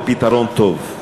ופתרון טוב.